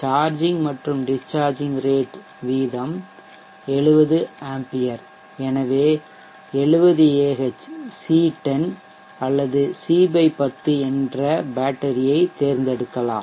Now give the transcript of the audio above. charging மற்றும் discharge rate வீதம் 7A எனவே 70Ah C10 அல்லது C 10 என்ற பேட்டரி ஐ தேர்ந்தெடுக்கலாம்